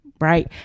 right